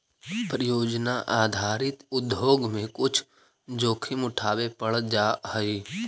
परियोजना आधारित उद्योग में कुछ जोखिम उठावे पड़ जा हई